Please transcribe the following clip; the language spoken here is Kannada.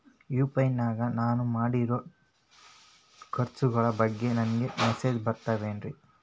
ಯು.ಪಿ.ಐ ನಾಗ ನಾನು ಮಾಡಿರೋ ಖರ್ಚುಗಳ ಬಗ್ಗೆ ನನಗೆ ಮೆಸೇಜ್ ಬರುತ್ತಾವೇನ್ರಿ?